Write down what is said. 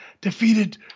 defeated